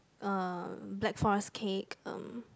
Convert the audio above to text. uh black forest cake um